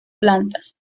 plantas